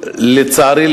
לצערי,